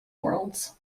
worlds